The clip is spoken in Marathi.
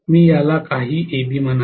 मी याला काही ab म्हणावे